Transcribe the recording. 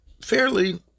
fairly